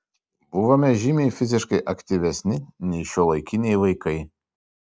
buvome žymiai fiziškai aktyvesni nei šiuolaikiniai vaikai